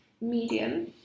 medium